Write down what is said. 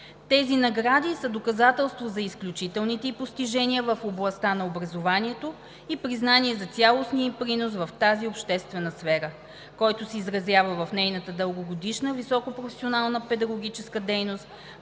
Тези награди са доказателство за изключителните ѝ постижения в областта на образованието и признание за цялостния ѝ принос в тази обществена сфера, който се изразява в нейната дългогодишна високопрофесионална педагогическа дейност,